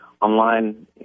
online